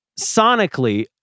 sonically